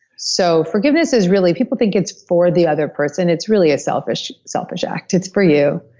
so forgiveness is really, people think it's for the other person, it's really a selfish selfish act. it's for you,